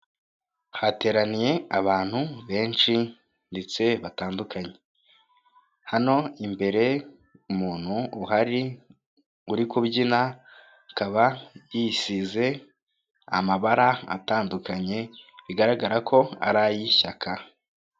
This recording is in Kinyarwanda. Hateraniye abantu benshi ndetse batandukanye, hano imbere umuntu uhari uri kubyina akaba yisize amabara atandukanye bigaragara ko ari ay'ishyaka.